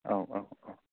औ औ औ